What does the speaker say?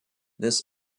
this